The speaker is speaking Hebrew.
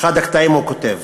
באחד הקטעים הוא כותב: